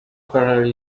very